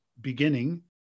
beginning